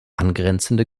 angrenzende